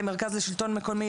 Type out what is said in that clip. למרכז השלטון המקומי,